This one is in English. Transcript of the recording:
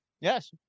Yes